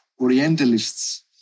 Orientalists